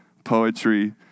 Poetry